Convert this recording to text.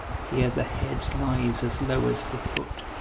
here the head lies as low as the foot